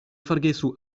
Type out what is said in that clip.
forgesu